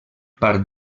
part